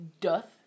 doth